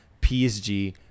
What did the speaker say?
PSG